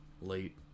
late